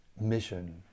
mission